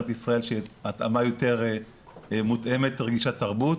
ישראל שתהיה התאמה יותר מותאמת ורגישת תרבות,